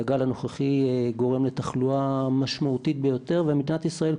הגל הנוכחי גורם לתחלואה משמעותית ביותר ומדינת ישראל,